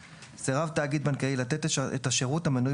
אחרי סעיף קטן (ד) יבוא: "(ה) סירב תאגיד בנקאי לתת את השירות המנוי